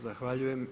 Zahvaljujem.